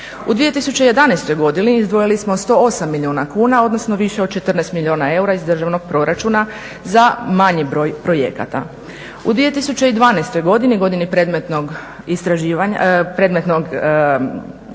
U 2011. godini izdvojili smo 108 milijuna kuna, odnosno više od 14 milijuna eura iz državnog proračuna za manji broj projekata. U 2012. godini, godini predmetnog istraživanja,